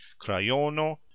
crayono